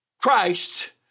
Christ